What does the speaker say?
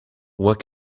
what